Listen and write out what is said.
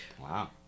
Wow